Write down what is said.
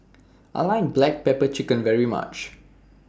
I like Black Pepper Chicken very much